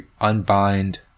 unbind